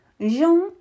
Jean